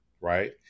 right